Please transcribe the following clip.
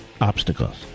obstacles